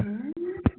हाँ